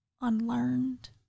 unlearned